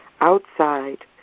outside